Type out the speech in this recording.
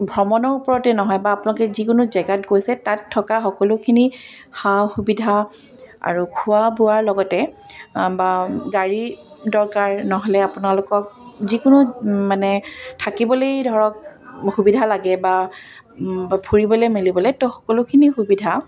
ভ্ৰমণৰ ওপৰতে নহয় বা আপোনালোকে যিকোনো জেগাত গৈছে তাত থকা সকলোখিনি সা সুবিধা আৰু খোৱা বোৱাৰ লগতে বা গাড়ী দৰকাৰ নহ'লে আপোনালোকক যিকোনো মানে থাকিবলৈয়ে ধৰক সুবিধা লাগে বা ফুৰিবলৈ মেলিবলৈ তো সকলোখিনি সুবিধা